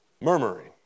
murmuring